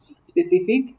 specific